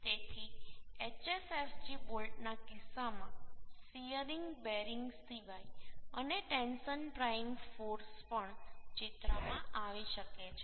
તેથી HSFG બોલ્ટના કિસ્સામાં શીયરિંગ બેરિંગ સિવાય અને ટેન્શન પ્રાઈંગ ફોર્સ પણ ચિત્રમાં આવી શકે છે